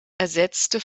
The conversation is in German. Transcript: ersetzte